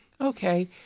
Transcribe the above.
Okay